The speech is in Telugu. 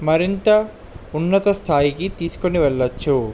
మరింత ఉన్నత స్థాయికి తీసుకుని వెళ్ళవచ్చు